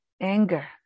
Anger